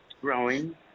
growing